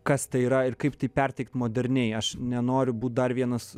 kas tai yra ir kaip tai perteikt moderniai aš nenoriu būt dar vienas